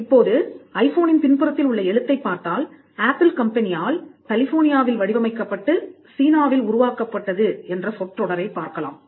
இப்போது ஐபோனின் பின்புறத்தில் உள்ள எழுத்தைப் பார்த்தால் ஆப்பிள் கம்பெனியால் கலிஃபோர்னியாவில் வடிவமைக்கப்பட்டு சீனாவில் உருவாக்கப்பட்டது என்ற சொற்றொடரைப் பார்க்கலாம்